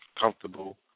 comfortable